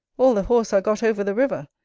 all the horse are got over the river,